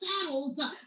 saddles